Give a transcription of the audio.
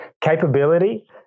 capability